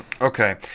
Okay